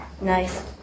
Nice